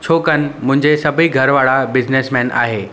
छाकानि मुंहिंजे सभई घर वारा बिज़नेसमैन आहे